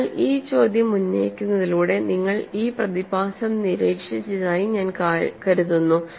അതിനാൽ ഈ ചോദ്യം ഉന്നയിക്കുന്നതിലൂടെ നിങ്ങൾ ഈ പ്രതിഭാസം നിരീക്ഷിച്ചതായി ഞാൻ കരുതുന്നു